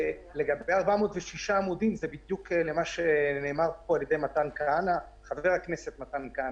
לגבי ה-406 עמודים ומה שנאמר פה על ידי חבר הכנסת מתן כהנא,